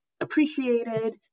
appreciated